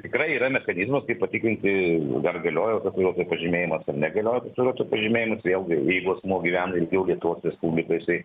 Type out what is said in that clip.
tikrai yra mechanizmas kaip patikrinti dar galiojo vairuotojo pažymėjimas ar negalioja tas vairuotojo pažymėjimas vėlgi jeigu asmuo gyvena ilgiau lietuvos respublikoj jisai